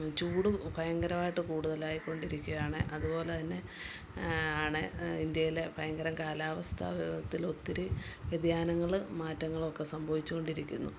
ചൂട് ഭയങ്കരമായിട്ട് കൂടുതലായിക്കൊണ്ടിരിക്കുകയാണ് അതുപോലെ തന്നെ ആണ് ഇന്ത്യയിലെ ഭയങ്കരം കാലാവസ്ഥ ത്തിലൊത്തിരി വ്യതിയാനങ്ങള് മാറ്റങ്ങളൊക്കെ സംഭവിച്ച് കൊണ്ടിരിക്കുന്നു